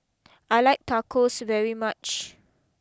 I like Tacos very much